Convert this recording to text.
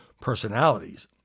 personalities